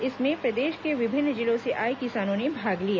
इसमें प्रदेश के विभिन्न जिलों से आए किसानों ने भाग लिया